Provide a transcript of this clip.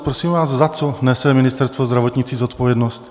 Prosím vás, za co nese Ministerstvo zdravotnictví zodpovědnost?